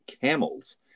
camels